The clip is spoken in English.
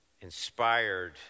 inspired